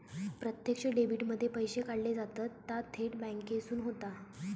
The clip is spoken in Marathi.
प्रत्यक्ष डेबीट मध्ये पैशे काढले जातत ता थेट बॅन्केसून होता